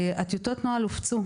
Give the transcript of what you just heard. טיוטות הנוהל הופצו,